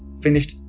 finished